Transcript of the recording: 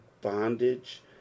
bondage